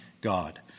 God